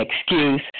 excuse